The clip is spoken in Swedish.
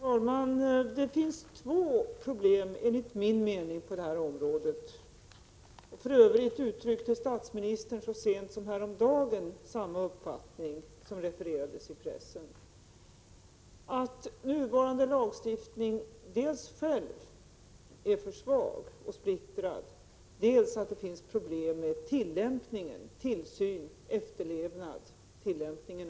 Herr talman! Det finns två problem på det här området enligt min mening. För övrigt uttryckte statsministern så sent som häromdagen samma uppfattning som refererats i pressen. Dels är nuvarande lagstiftning i sig själv för svag och splittrad, dels finns det problem med tillämpningen, tillsynen och efterlevnaden av lagstiftningen.